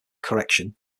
correction